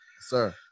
sir